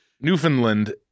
Newfoundland